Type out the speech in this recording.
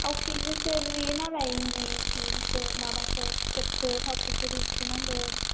थावख्रिजोंसो लुयो नालाय सि जि माबाखौ फिथोबखौ थावख्रिफोरखौ नांगौ